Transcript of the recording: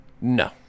no